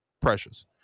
precious